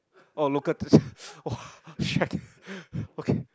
oh local !wah! shag okay